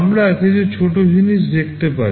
আমরা কিছু ছোট জিনিস দেখতে পারি